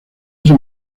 ese